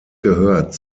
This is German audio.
gehört